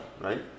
right